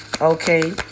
Okay